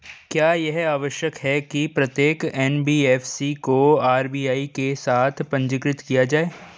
क्या यह आवश्यक है कि प्रत्येक एन.बी.एफ.सी को आर.बी.आई के साथ पंजीकृत किया जाए?